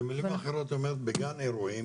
במילים אחרות את אומרת בגן אירועים,